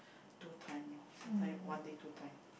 two time lor sometime one day two time